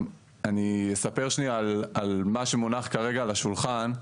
אני אספר שנייה על מה שמונח כרגע על השולחן.